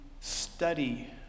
study